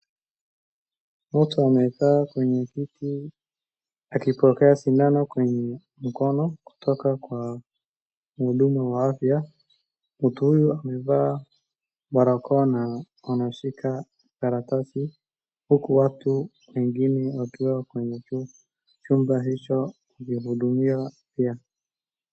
Mtu amekaa kwenye kiti akipokea sindano kwenye mkono kutoka kwa mhudumu wa afya, mtu huyo amevaa barakoa na anashika karatasi huku watu wengine wakiwa kwenye chumba hicho wakihudumiwa pia.